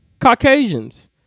Caucasians